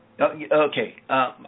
Okay